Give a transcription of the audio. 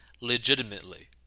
legitimately